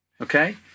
okay